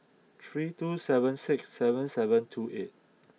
three two seven six seven seven two eight